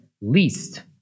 least